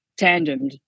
tandemed